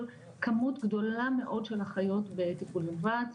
כמות גדולה מאוד של אחיות בטיפול נמרץ,